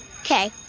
Okay